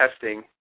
testing